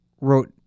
wrote